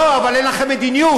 לא, אבל אין לכם מדיניות.